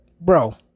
Bro